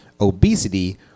obesity